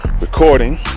recording